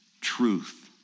truth